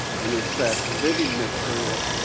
and it's that living material,